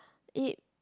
it